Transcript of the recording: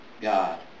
God